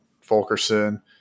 fulkerson